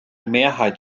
mehrheit